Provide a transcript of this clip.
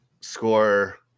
score